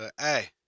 Hey